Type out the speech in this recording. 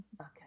Okay